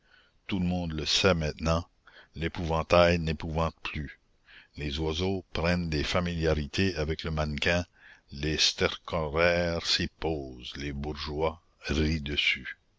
tout le monde le sait maintenant l'épouvantail n'épouvante plus les oiseaux prennent des familiarités avec le mannequin les stercoraires s'y posent les bourgeois rient dessus